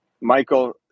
Michael